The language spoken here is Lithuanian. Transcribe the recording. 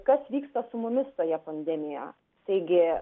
kas vyksta su mumis toje pandemijoje taigi